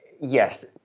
yes